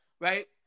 right